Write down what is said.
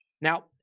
Now